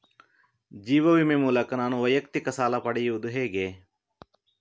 ಜೀವ ವಿಮೆ ಮೂಲಕ ನಾನು ವೈಯಕ್ತಿಕ ಸಾಲ ಪಡೆಯುದು ಹೇಗೆ?